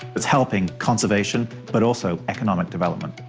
it's helping conservation but also economic development.